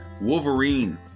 Wolverine